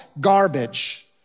garbage